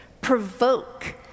provoke